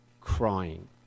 crying